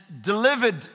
delivered